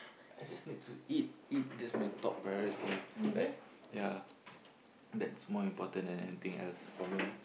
I just need to eat eat that's my top priority like ya that's more important than any thing else for me